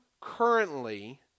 currently